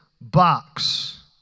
box